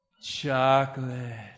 Chocolate